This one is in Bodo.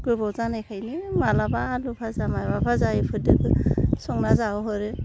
गोबाव जानायखायनो मालाबा आलु फाजा माबा फाजा बेफोरदोनो संना जाहोहरो